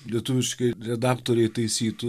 lietuviški redaktoriai taisytų